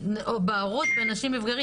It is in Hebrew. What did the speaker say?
בהורות בין נשים לגברים.